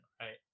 right